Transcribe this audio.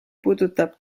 puudutab